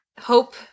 Hope